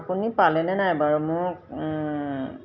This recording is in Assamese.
আপুনি পালেনে নাই বাৰু মোক